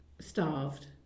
starved